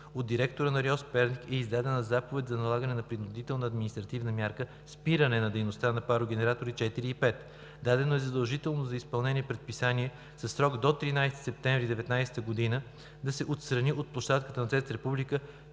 От директора на РИОСВ – Перник, е издадена заповед за налагане на принудителна административна мярка – спиране на дейността на парогенератори 4 и 5. Дадено е задължително за изпълнение предписание със срок до 13 септември 2019 г. да се отстранят от площадката на ТЕЦ „Република“